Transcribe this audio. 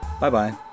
Bye-bye